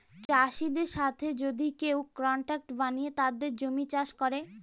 চাষীদের সাথে যদি কেউ কন্ট্রাক্ট বানিয়ে তাদের জমি চাষ করে